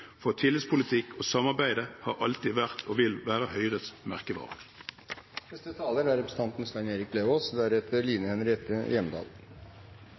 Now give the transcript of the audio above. for tillitspolitikk og samarbeid har alltid vært og vil være Høyres